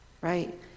Right